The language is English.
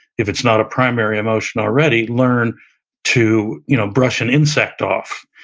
if it's not a primary emotion already, learn to you know brush an insect off.